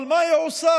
אבל מה היא עושה